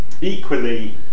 equally